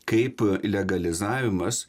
kaip legalizavimas